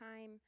time